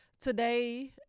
today